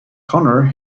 conor